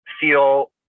feel